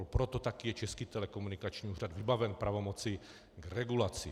Proto taky je Český telekomunikační úřad tak vybaven pravomocí k regulaci.